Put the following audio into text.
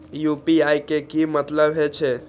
UPI के की मतलब हे छे?